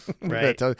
Right